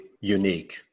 unique